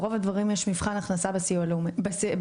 ברוב הדברים יש מבחן הכנסה בסיוע המשפטי.